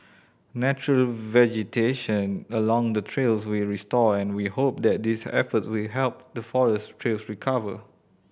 natural vegetation along the trails will restored and we hope that these efforts will help the forest trails recover